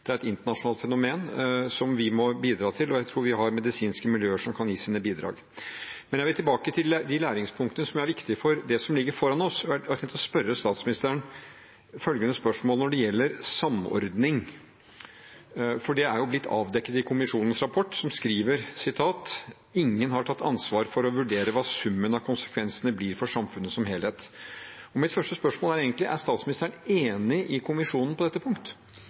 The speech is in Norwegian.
Det er et internasjonalt fenomen som vi må bidra til, og jeg tror vi har medisinske miljøer som kan gi sine bidrag. Jeg vil tilbake til de læringspunktene som er viktig for det som ligger foran oss. Jeg vil stille statsministeren et spørsmål når det gjelder samordning, for det er jo blitt avdekket i kommisjonens rapport at «… ingen har tatt ansvar for å vurdere summen av konsekvensene for samfunnet som helhet.» Mitt første spørsmål er egentlig: Er statsministeren enig med kommisjonen på dette punkt?